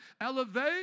elevate